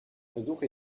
versuche